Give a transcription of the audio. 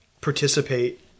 participate